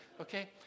okay